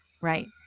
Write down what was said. Right